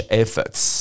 efforts